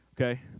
okay